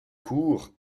court